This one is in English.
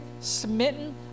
smitten